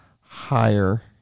higher